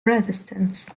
resistance